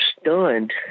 stunned